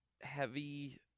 heavy